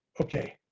okay